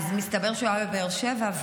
אז מסתבר שהוא היה בבאר שבע,